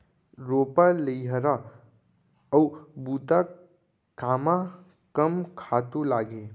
रोपा, लइहरा अऊ बुता कामा कम खातू लागही?